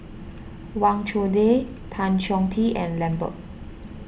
Wang Chunde Tan Chong Tee and Lambert